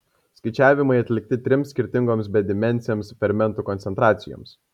skaičiavimai atlikti trims skirtingoms bedimensėms fermentų koncentracijoms